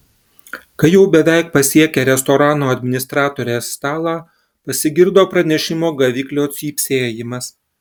kai jau beveik pasiekė restorano administratorės stalą pasigirdo pranešimo gaviklio cypsėjimas